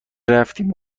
رفتیم